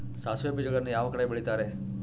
ಸಾಸಿವೆ ಬೇಜಗಳನ್ನ ಯಾವ ಕಡೆ ಬೆಳಿತಾರೆ?